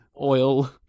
Oil